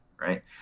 right